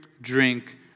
drink